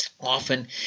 Often